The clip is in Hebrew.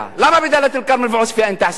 למה בדאלית-אל-כרמל ועוספיא אין תעשייה,